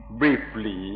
briefly